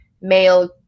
male